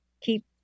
keep